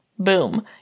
boom